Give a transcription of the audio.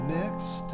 next